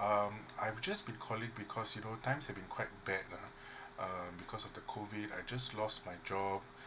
um I'm just be calling because you times have been quite bad lah err because of the COVID I just lost my job